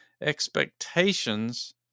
expectations